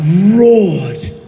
roared